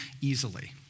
easily